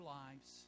lives